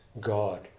God